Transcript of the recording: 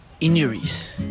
injuries